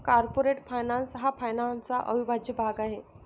corporate finance हा फायनान्सचा अविभाज्य भाग आहे